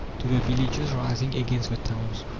to the villages rising against the towns,